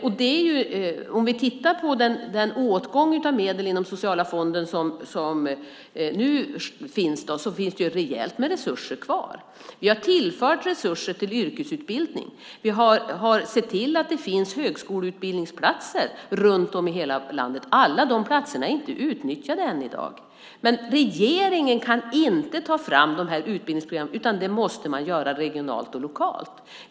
Och det visar sig nu att det finns rejält med resurser kvar inom sociala fonden. Vi har tillfört resurser till yrkesutbildning. Vi har sett till att det finns högskoleutbildningsplatser i hela landet. Alla dessa platser är inte utnyttjade än i dag. Men regeringen kan inte ta fram utbildningsprogrammen, utan det måste man göra regionalt och lokalt.